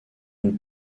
une